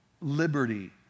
liberty